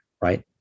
right